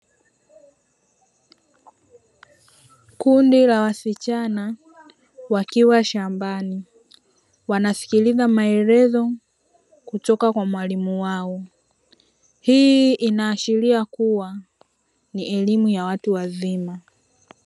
Kundi la wasichana wakiwa shambani wanasikiliza maelezo kutoka kwa mwalimu wao, hii inaashiria kuwa ni elimu ya watu wazima.